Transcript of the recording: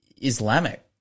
Islamic